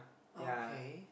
okay